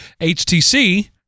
HTC